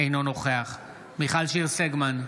אינו נוכח מיכל שיר סגמן,